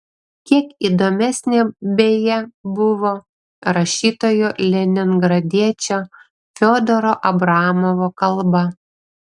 kiek įdomesnė beje buvo rašytojo leningradiečio fiodoro abramovo kalba